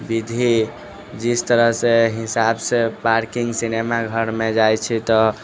विधि जिस तरहसँ हिसाबसँ पार्किंग सिनेमा घरमे जाइ छी तऽ